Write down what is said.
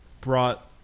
brought